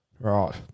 Right